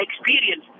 experience